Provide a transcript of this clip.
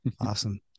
Awesome